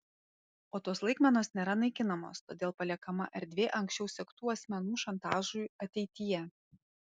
o tos laikmenos nėra naikinamos todėl paliekama erdvė anksčiau sektų asmenų šantažui ateityje